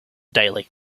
daily